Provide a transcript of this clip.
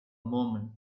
moment